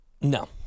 No